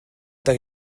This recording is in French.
êtes